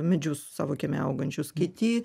medžius savo kieme augančius kiti